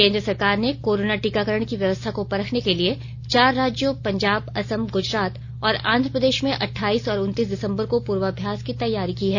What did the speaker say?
केंद्र सरकार ने कोरोना टीकाकरण की व्यवस्था को परखने के लिए चार राज्यों पंजाब असम गुजरात और आंध्रप्रदेश में अठाइस और उनतीस दिसंबर को पूर्वाभ्यास की तैयारी की है